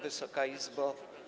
Wysoka Izbo!